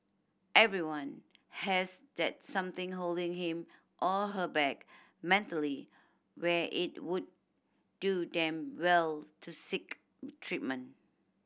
everyone has that something holding him or her back mentally where it would do them well to seek treatment